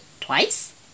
twice